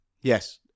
Yes